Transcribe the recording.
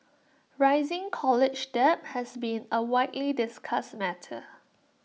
rising college debt has been A widely discussed matter